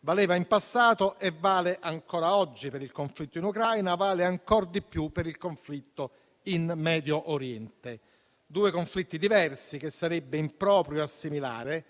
Valeva in passato, e vale ancora oggi, per il conflitto in Ucraina; vale ancor di più per il conflitto in Medio Oriente: due conflitti diversi, che sarebbe improprio assimilare,